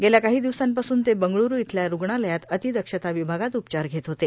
गेल्या काही दिवसांपासून ते बंगळूरू इथल्या रूग्णालयात अतिदक्षता विभागात कँसरवर उपचार घेत होते